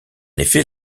effet